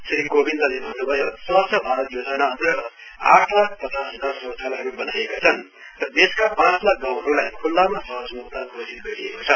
श्री कोविन्दले भन्न्भयो स्वच्छ भारत योजना अन्तर्गत आठ लाख पचास हजार शौचालयहरू बनाइएका छन् र देशका पाँच लाख गाँउहरूलाई ख्ल्लामा शौचम्क्त घोषित गरिएको छ